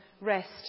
rest